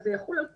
זה יחול על כולם,